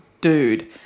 dude